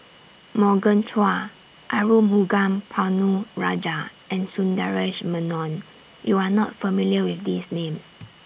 Morgan Chua Arumugam Ponnu Rajah and Sundaresh Menon YOU Are not familiar with These Names